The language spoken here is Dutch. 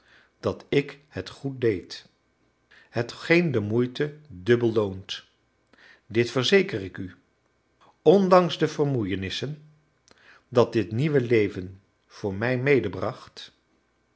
dat ik het goed deed hetgeen de moeite dubbel loont dit verzeker ik u ondanks de vermoeienissen dat dit nieuwe leven voor mij